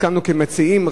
המציעים,